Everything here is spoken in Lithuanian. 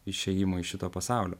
išėjimo iš šito pasaulio